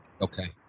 Okay